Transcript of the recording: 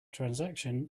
transaction